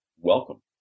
welcome